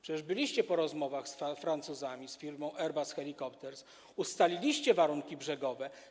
Przecież byliście po rozmowach z Francuzami, z firmą Airbus Helicopters, ustaliliście warunki brzegowe.